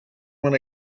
when